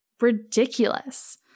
ridiculous